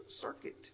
circuit